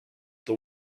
the